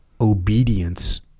obedience